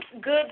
good